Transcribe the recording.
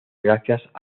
gracias